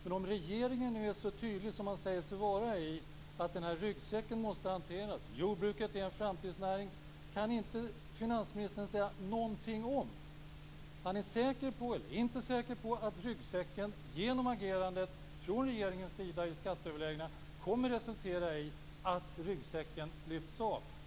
Om nu regeringen är så tydlig som man säger sig vara när det gäller att den här ryggsäcken måste hanteras och att jordbruket är en framtidsnäring, kan då inte finansministern säga om han är säker eller inte på att ryggsäcken genom regeringens agerande kommer att lyftas av.